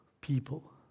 people